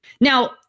Now